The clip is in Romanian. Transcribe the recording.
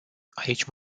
aici